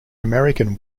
american